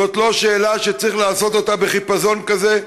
זאת לא שאלה שצריך לעשות אותה בחיפזון כזה,